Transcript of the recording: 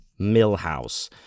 millhouse